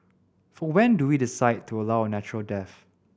for when do we decide to allow a natural death